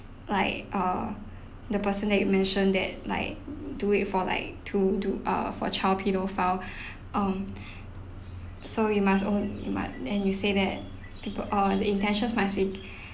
like err the person that you mention that like do it for like to to err for child pedophile um so you must o~ you mu~ and you said that peopl~ uh the intentions must be